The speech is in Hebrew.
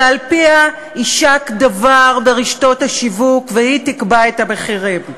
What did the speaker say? שעל פיה יישק דבר ברשתות השיווק והיא תקבע את המחירים.